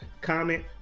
comment